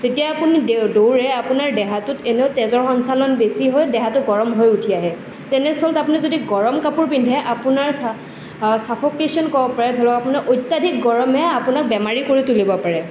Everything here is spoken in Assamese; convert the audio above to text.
যেতিয়া আপুনি দে দৌৰে আপোনাৰ দেহাটোত এনেও তেজৰ সঞ্চালন বেছি হৈ দেহাটো গৰম হৈ উঠি আহে তেনেস্থলত আপুনি যদি গৰম কাপোৰ পিন্ধে আপোনাৰ চা চাফ'কেশ্যন ক'ব পাৰে ধৰক আপোনাৰ অত্যাধিক গৰমে আপোনাক বেমাৰী কৰি তুলিব পাৰে